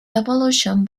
evolution